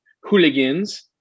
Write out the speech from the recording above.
Hooligans